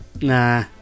Nah